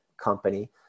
company